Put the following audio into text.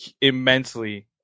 immensely